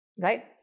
right